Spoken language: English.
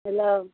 hello